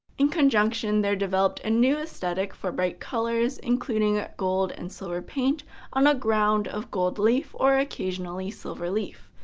in conjunction, there developed a new aesthetic of bright colors, including ah gold and silver paint on a ground of gold leaf or occasionally silver leaf.